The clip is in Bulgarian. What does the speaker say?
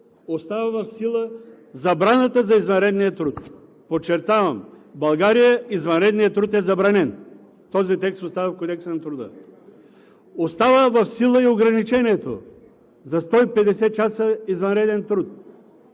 Защо? Защото забраната за извънредния труд, подчертавам, в България извънредният труд е забранен – този текст остава в Кодекса на труда. Остава в сила и ограничението за 150 часа извънреден труд.